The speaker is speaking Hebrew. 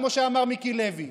כמו שאמר מיקי לוי,